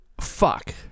fuck